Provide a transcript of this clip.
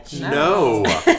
No